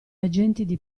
agenti